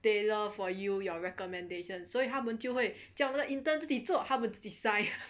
they love for you your recommendation 所以他们就会叫那个 intern 自己做他们自己 sign